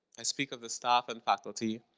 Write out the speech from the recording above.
i speak of the staff and faculty.